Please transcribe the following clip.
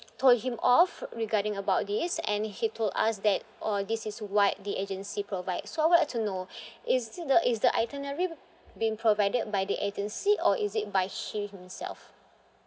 told him off regarding about this and he told us that oh this is what the agency provide so I would like to know is it the is the itinerary being provided by the agency or is it by he himself